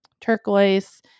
Turquoise